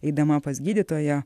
eidama pas gydytoją